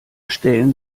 stellen